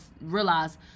realize